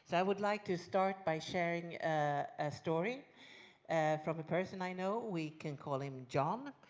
so i would like to start by sharing a story from a person i know. we can call him john.